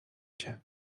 cię